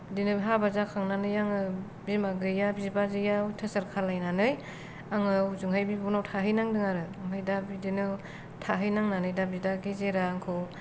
बिदिनो हाबा जाखांनानै आङो बिमा गैया बिबाजैया अथ्यासार खालायनानै आङो हजोंहाय बिब'नाव थाहैनांदों आरो ओमफाय दा बिदिनो थाहैनांनानै दा बिदा गेजेरा आंखौ